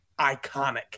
iconic